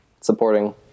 Supporting